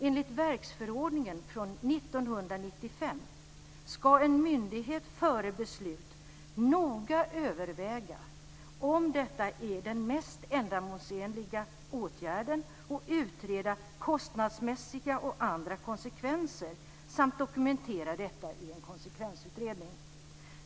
Enligt verksförordningen från 1995 ska en myndighet noga före ett beslut noga överväga om detta är den mest ändamålsenliga åtgärden och utreda kostnadsmässiga och andra konsekvenser samt dokumentera detta i en konsekvensutredning.